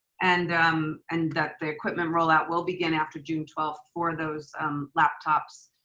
and um and that the equipment rollout will begin after june twelfth for those laptops.